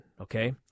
okay